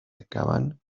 acaban